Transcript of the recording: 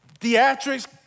theatrics